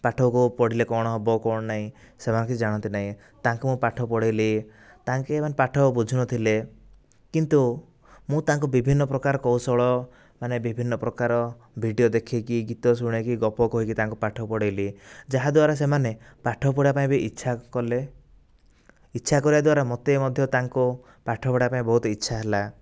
ପାଠକୁ ପଢ଼ିଲେ କ'ଣ ହେବ କ'ଣ ନାଇଁ ସେମାନେ କିଛି ଜାଣନ୍ତି ନାହିଁ ତାଙ୍କୁ ମୁଁ ପାଠ ପଢ଼ାଇଲି ତାଙ୍କେ ମାନେ ପାଠ ବୁଝୁ ନଥିଲେ କିନ୍ତୁ ମୁଁ ତାଙ୍କୁ ବିଭିନ୍ନପ୍ରକାର କୌଶଳ ମାନେ ବିଭିନ୍ନପ୍ରକାର ଭିଡ଼ିଓ ଦେଖେଇକି ଗୀତ ଶୁଣାଇକି ଗପ କହିକି ତାଙ୍କୁ ପାଠ ପଢ଼ାଇଲି ଯାହା ଦ୍ଵାରା ସେମାନେ ପାଠ ପଢ଼ିବା ପାଇଁ ବି ଇଚ୍ଛା କଲେ ଇଚ୍ଛା କରିବା ଦ୍ଵାରା ମୋତେ ମଧ୍ୟ ତାଙ୍କୁ ପାଠ ପଢ଼ାଇବାକୁ ବହୁତ ଇଚ୍ଛା ହେଲା